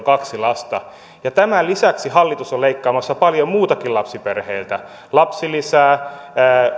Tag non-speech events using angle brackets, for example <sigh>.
<unintelligible> kaksi lasta tämän lisäksi hallitus on leikkaamassa paljon muutakin lapsiperheiltä lapsilisää